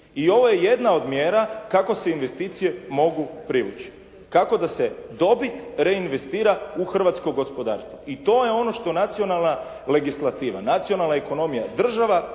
I ovo je jedna od mjera kako se investicije mogu privući. Kako da se dobit reinvestira u hrvatsko gospodarstvo. I to je ono što je nacionalna legislativa, nacionalna ekonomija.